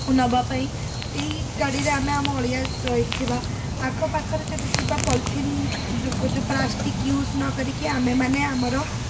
ନେବା ପାଇଁ ସେହି ଗାଡ଼ିରେ ଆମେ ଆମ ଅଳିଆ ରଖିବା ଆଖପାଖରେ ଯଦି ଥିବା ପଲିଥିନ୍ ଯେଉଁ ପ୍ଲାଷ୍ଟିକ୍ ୟୁଜ୍ ନ କରିକି ଆମେମାନେ ଆମର